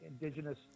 indigenous